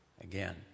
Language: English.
Again